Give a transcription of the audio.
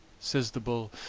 says the bull,